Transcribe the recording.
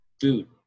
food